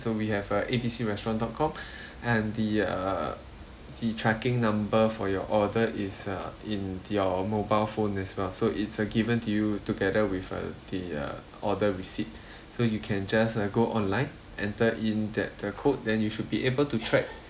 so we have uh A B C restaurant dot com and the uh the tracking number for your order is uh in your mobile phone as well so it's uh given to you together with uh the uh order receipt so you can just uh go online enter in that the code then you should be able to track